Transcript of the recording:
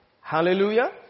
Hallelujah